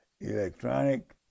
electronic